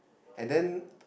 and then